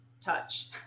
touch